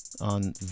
on